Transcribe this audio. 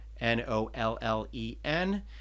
N-O-L-L-E-N